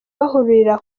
bahurira